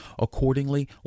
Accordingly